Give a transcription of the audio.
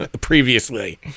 previously